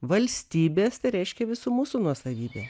valstybės tai reiškia visų mūsų nuosavybė